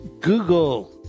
Google